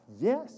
Yes